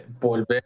volver